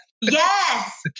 Yes